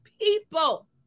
people